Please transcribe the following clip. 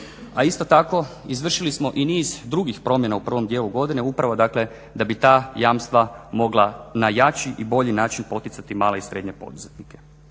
a isto tako izvršili smo i niz drugih promjena u prvom dijelu godine, upravo dakle da bi ta jamstva mogla na jači i bolji način poticati male i srednje poduzetnike.